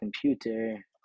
computer